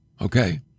Okay